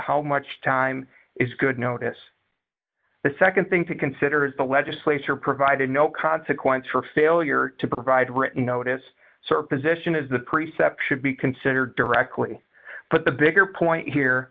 how much time is good notice the nd thing to consider is the legislature provided no consequence for failure to provide written notice sir position as the precept should be considered directly but the bigger point here